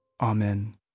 Amen